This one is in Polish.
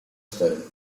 cztery